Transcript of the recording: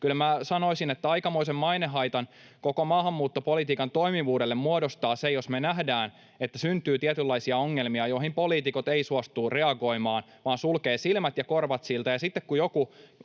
minä sanoisin, että aikamoisen mainehaitan koko maahanmuuttopolitiikan toimivuudelle muodostaa se, jos me nähdään, että syntyy tietynlaisia ongelmia, joihin poliitikot eivät suostuu reagoimaan vaan sulkevat silmät ja korvat siltä,